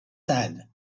sad